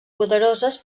poderoses